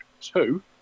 two